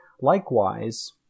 Likewise